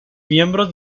miembros